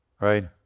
right